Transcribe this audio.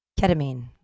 Ketamine